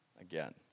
again